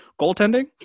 Goaltending